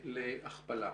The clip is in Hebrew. להכפלה.